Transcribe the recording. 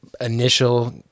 initial